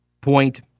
point